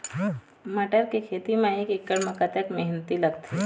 मटर के खेती म एक एकड़ म कतक मेहनती लागथे?